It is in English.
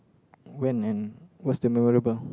when and what's the memorable